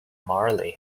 marley